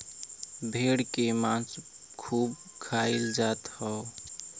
भेड़ के मांस खूब खाईल जात हव